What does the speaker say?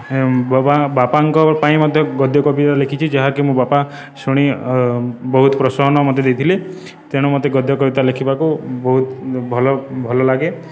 ବାବା ବାପାଙ୍କ ପାଇଁ ମଧ୍ୟ ଗଦ୍ୟ କବିତା ଲେଖିଛି ଯାହାକି ମୋ ବାପା ଶୁଣି ବହୁତ ପ୍ରୋତ୍ସାହନ ମୋତେ ଦେଇଥିଲି ତେଣୁ ମୋତେ ଗଦ୍ୟ କବିତା ଲେଖିବାକୁ ବହୁତ ଭଲ ଭଲ ଲାଗେ